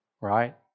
Right